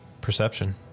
Perception